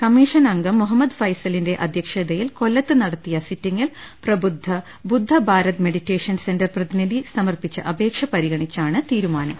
commission അംഗം മുഹമ്മദ് ഫൈസലിന്റെ അധ്യ ക്ഷതയിൽ കൊല്ലത്ത് നടത്തിയ സിറ്റിംഗിൽ Prabuddha Buddha Bharat meditation centre പ്രതിനിധി സമർപ്പിച്ച അപേക്ഷ പരിഗ ണിച്ചാണ് തീരുമാനം